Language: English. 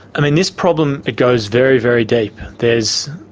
i mean, this problem it goes very, very deep. there's,